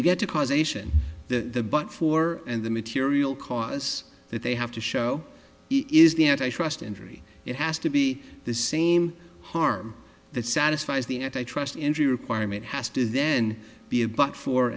you get to causation the but for and the material cause that they have to show it is the antitrust injury it has to be the same harm that satisfies the antitrust injury requirement has to then be a but for